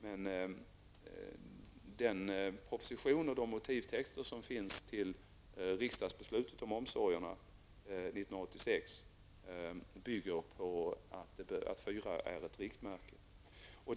Men den proposition och de motivtexter som finns till riksdagsbeslutet om omsorgerna 1986 bygger på att fyra är ett riktmärke.